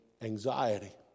anxiety